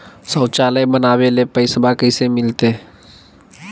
शौचालय बनावे ले पैसबा कैसे मिलते?